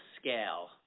scale